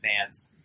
fans